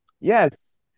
Yes